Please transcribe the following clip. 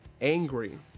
angry